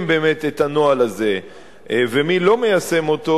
באמת את הנוהל הזה ומי לא מיישם אותו,